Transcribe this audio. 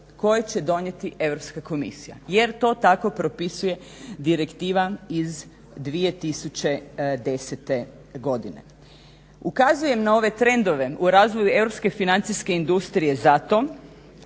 koje će donijeti Europska komisija jer to tako propisuje Direktiva iz 2010. godine. Ukazujem na ove trendove u razvoju europske financijske industrije zato